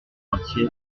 entier